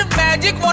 magic